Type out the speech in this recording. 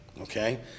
okay